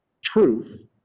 truth